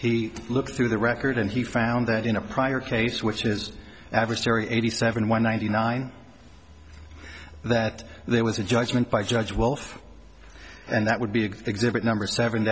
he looked through the record and he found that in a prior case which is adversary eighty seven one ninety nine that there was a judgment by judge wealth and that would be exhibit number seven